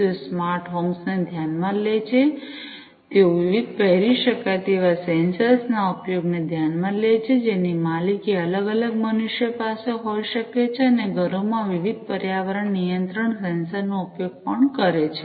તેઓ smart homes ને ધ્યાનમાં લે છે તેઓ વિવિધ પહેરી શકાય તેવા સેન્સર્સ ના ઉપયોગને ધ્યાનમાં લે છે જેની માલિકી અલગ અલગ મનુષ્યો પાસે હોઈ શકે છે અને ઘરોમાં વિવિધ પર્યાવરણ નિયંત્રણ સેન્સર નો ઉપયોગ પણ કરે છે